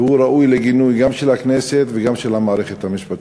והוא ראוי לגינוי גם של הכנסת וגם של המערכת המשפטית.